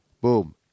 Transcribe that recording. boom